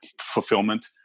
fulfillment